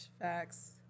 Facts